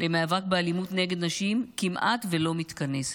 למאבק באלימות נגד נשים כמעט שלא מתכנסת.